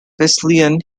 wesleyan